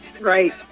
Right